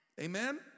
Amen